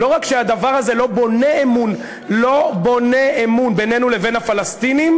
לא רק שהדבר הזה לא בונה אמון בינינו לבין הפלסטינים,